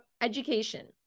education